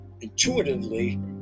intuitively